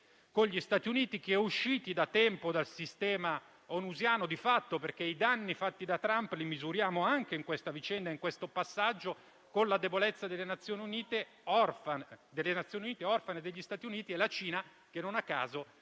Gli Stati Uniti sono di fatto usciti da tempo dal sistema onusiano, perché i danni fatti da Trump li misuriamo anche in questa vicenda e in questo passaggio, con la debolezza delle Nazioni Unite, orfane degli Stati Uniti, e con la Cina che non a caso